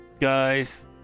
guys